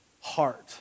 heart